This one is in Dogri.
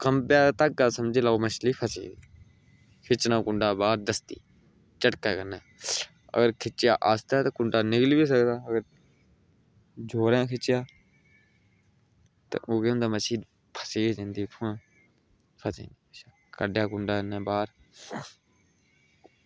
कंबदा ऐ धागा तां समझो मच्छली फसी गेई खिच्चना कुंडा बाहर दस्ती झटका कन्नै अगर खिच्चेआ आस्तै कुंडा निकली बी सकदा जोरें खिच्चेआ ते ओह् मच्छी फसी गै जंदी इत्थुआं फसी मच्छी कड्ढेआ कुंडा बाहर